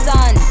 Sun